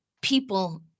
people